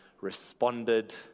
responded